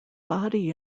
body